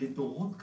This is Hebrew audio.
לדורות קדימה,